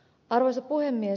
arvoisa puhemies